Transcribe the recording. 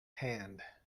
hand